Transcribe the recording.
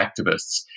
activists